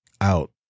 out